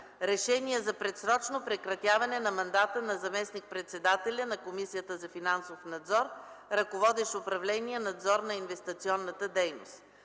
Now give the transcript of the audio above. „РЕШЕНИЕ за предсрочно прекратяване на мандата на заместник-председателя на Комисията за финансов надзор, ръководещ управление „Надзор на инвестиционната дейност”